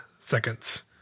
seconds